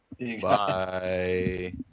Bye